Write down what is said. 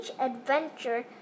adventure